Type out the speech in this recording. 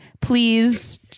please